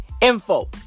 info